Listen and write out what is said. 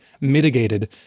mitigated